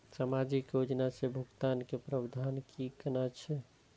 सामाजिक योजना से भुगतान के प्रावधान की कोना छै?